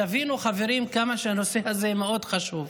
תבינו, חברים, כמה הנושא הזה מאוד חשוב.